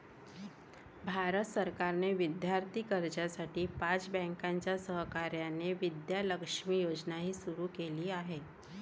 भारत सरकारने विद्यार्थी कर्जासाठी पाच बँकांच्या सहकार्याने विद्या लक्ष्मी योजनाही सुरू केली आहे